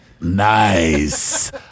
Nice